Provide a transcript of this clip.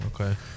Okay